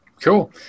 Cool